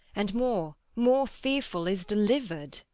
and more, more fearful, is deliver'd.